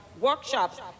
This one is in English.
workshops